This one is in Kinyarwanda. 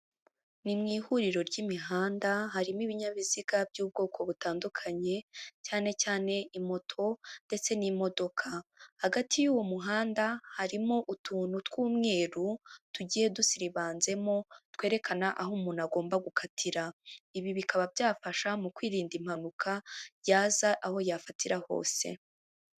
Ni mu ihuriro ry'imihanda harimo ibinyabiziga by'ubwoko butandukanye, cyane cyane imoto ndetse n'imodoka. Hagati y'uwo muhanda harimo utuntu tw'umweru tugiye dusiribanzemo twerekana aho umuntu agomba gukatira, ibi bikaba byafasha mu kwirinda impanuka yaza aho yafatira hose.